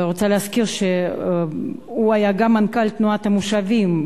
ורוצה להזכיר שהוא היה גם מנכ"ל תנועת המושבים,